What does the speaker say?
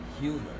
humor